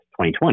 2020